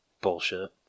Bullshit